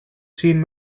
seen